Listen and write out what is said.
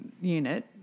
unit